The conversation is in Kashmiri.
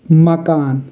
مکان